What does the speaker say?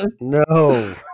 No